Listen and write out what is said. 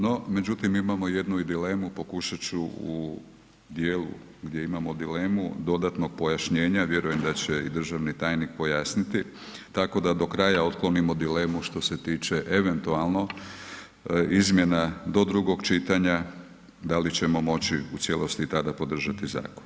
No međutim imamo i jednu i dilemu, pokušati ću u dijelu gdje imamo dilemu dodatno pojašnjenje a vjerujem da će i državni tajnik pojasniti tako da do kraja otklonimo dilemu što se tiče eventualno izmjena do drugog čitanja da li ćemo moći u cijelosti i tada podržati zakon.